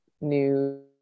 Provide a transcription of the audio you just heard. new